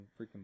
freaking